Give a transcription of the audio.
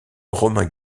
romain